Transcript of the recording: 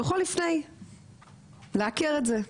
הוא יכול לפני לעקר את זה,